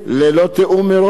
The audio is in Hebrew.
ללא תיאום מראש,